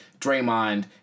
Draymond